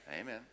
Amen